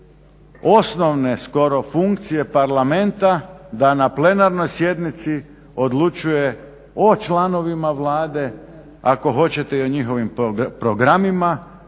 osnovne skoro funkcije Parlamenta da na plenarnoj sjednici odlučuje o članovima Vlade, ako hoćete i o njihovim programima,